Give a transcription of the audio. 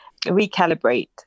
recalibrate